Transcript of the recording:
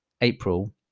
April